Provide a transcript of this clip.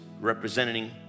representing